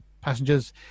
Passengers